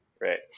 Right